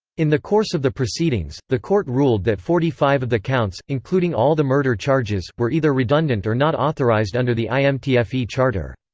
in the course of the proceedings, the court ruled that forty five of the counts, including all the murder charges, were either redundant or not authorized under the imtfe charter.